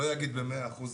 אני לא אגיד מאה אחוז,